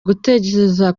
gutekereza